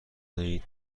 دهید